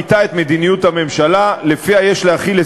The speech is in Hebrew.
ביטא את מדיניות הממשלה שלפיה יש להחיל על